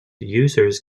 users